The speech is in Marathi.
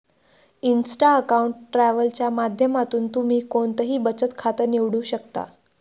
इन्स्टा अकाऊंट ट्रॅव्हल च्या माध्यमातून तुम्ही कोणतंही बचत खातं निवडू शकता